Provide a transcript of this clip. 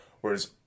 Whereas